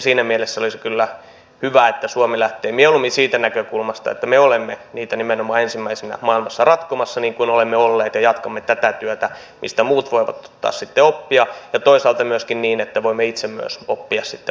siinä mielessä olisi kyllä hyvä että suomi lähtee mieluummin siitä näkökulmasta että me olemme niitä nimenomaan ensimmäisinä maailmassa ratkomassa niin kuin olemme olleet ja jatkamme tätä työtä mistä muut voivat ottaa sitten oppia ja toisaalta myöskin niin että voimme itse myös oppia sitten muilta